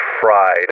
fried